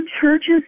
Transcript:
churches